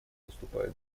выступает